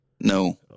No